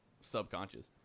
subconscious